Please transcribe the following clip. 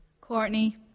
Courtney